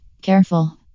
careful